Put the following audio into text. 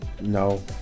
no